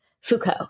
Foucault